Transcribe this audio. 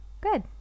good